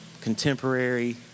contemporary